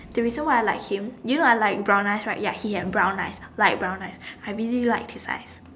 the reason why I like him do you know I like brown eyes right he had brown eyes light brown eyes I really liked his eyes